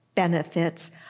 Benefits